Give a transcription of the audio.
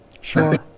sure